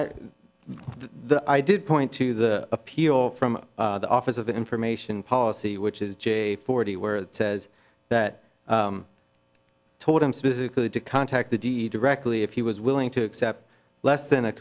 the i did point to the appeal from the office of information policy which is j forty where that says that told him specifically to contact the de directly if he was willing to accept less than a